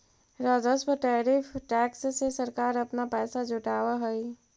राजस्व tariff tax से सरकार अपना पैसा जुटावअ हई